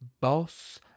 Boss